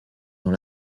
dans